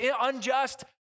unjust